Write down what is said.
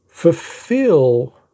Fulfill